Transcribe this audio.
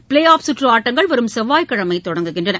play off சுற்று ஆட்டங்கள் வரும் செவ்வாய் கிழமை தொடங்குகின்றன